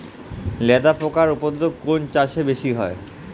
লেদা পোকার উপদ্রব কোন চাষে বেশি হয়?